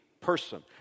person